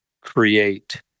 create